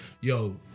yo